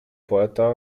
poeta